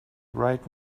right